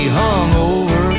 hungover